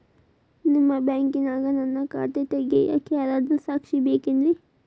ನಿಮ್ಮ ಬ್ಯಾಂಕಿನ್ಯಾಗ ನನ್ನ ಖಾತೆ ತೆಗೆಯಾಕ್ ಯಾರಾದ್ರೂ ಸಾಕ್ಷಿ ಬೇಕೇನ್ರಿ?